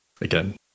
again